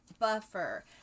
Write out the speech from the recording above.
Buffer